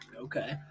okay